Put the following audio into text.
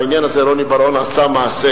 בעניין הזה רוני בר-און עשה מעשה,